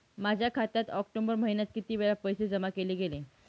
माझ्या खात्यात ऑक्टोबर महिन्यात किती वेळा पैसे जमा केले गेले?